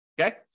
Okay